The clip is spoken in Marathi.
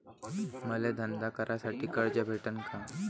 मले धंदा करासाठी कर्ज कस भेटन?